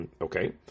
okay